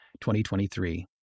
2023